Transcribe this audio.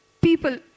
people